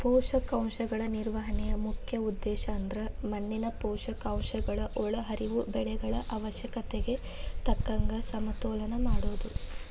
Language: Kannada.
ಪೋಷಕಾಂಶಗಳ ನಿರ್ವಹಣೆಯ ಮುಖ್ಯ ಉದ್ದೇಶಅಂದ್ರ ಮಣ್ಣಿನ ಪೋಷಕಾಂಶಗಳ ಒಳಹರಿವು ಬೆಳೆಗಳ ಅವಶ್ಯಕತೆಗೆ ತಕ್ಕಂಗ ಸಮತೋಲನ ಮಾಡೋದು